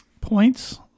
Points